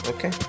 Okay